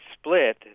split